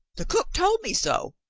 the cook told me so.